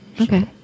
Okay